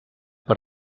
per